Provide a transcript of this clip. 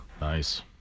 nice